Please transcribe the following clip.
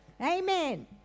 amen